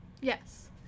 Yes